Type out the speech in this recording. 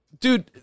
dude